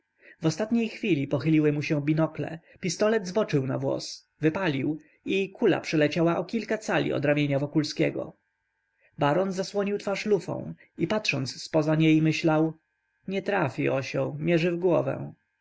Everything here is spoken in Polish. w ostatniej chwili pochyliły mu się binokle pistolet zboczył na włos wypalił i kula przeleciała o kilka cali od ramienia wokulskiego baron zasłonił twarz lufą i patrząc z po za niej myślał nie trafi osioł mierzy w głowę